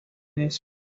humildes